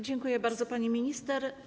Dziękuję bardzo, pani minister.